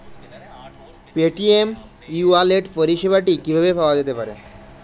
Paytm e wallet পরিষেবাটি কিভাবে পাওয়া যেতে পারে?